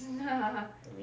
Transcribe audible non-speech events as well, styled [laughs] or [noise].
[laughs]